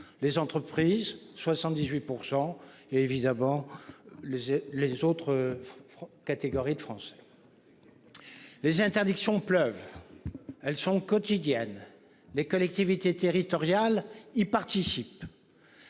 Les entreprises 78%. Évidemment. Les les autres. Catégories de Français. Les interdictions pleuvent. Elles sont quotidiennes, les collectivités territoriales il participe.